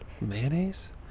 Mayonnaise